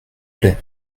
plait